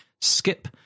skip